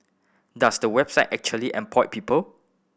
does the website actually employ people